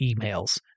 emails